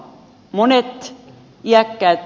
monet jämäkän